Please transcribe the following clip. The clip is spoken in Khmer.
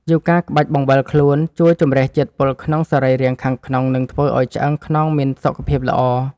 យូហ្គាក្បាច់បង្វិលខ្លួន ជួយជម្រះជាតិពុលក្នុងសរីរាង្គខាងក្នុង និងធ្វើឱ្យឆ្អឹងខ្នងមានសុខភាពល្អ។